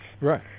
right